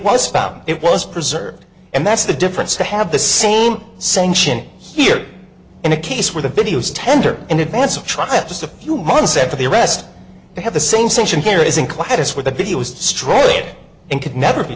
was found it was preserved and that's the difference to have the same sanction here in a case where the videos tender in advance of trial just a few months after the arrest they have the same sanction here is in class where the video was destroyed and could never be